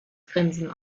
grinsen